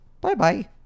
Bye-bye